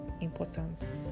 important